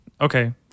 okay